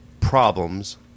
problems